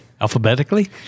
Alphabetically